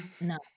No